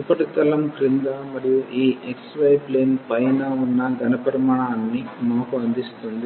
ఉపరితలం క్రింద మరియు ఈ xy ప్లేన్ పైన ఉన్న ఘన పరిమాణాన్ని మాకు అందిస్తుంది